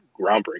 groundbreaking